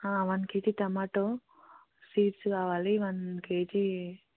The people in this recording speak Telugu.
వన్ కేజీ టోమాటో సీడ్స్ కావాలి వన్ కేజీ